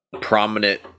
prominent